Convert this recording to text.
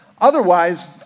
Otherwise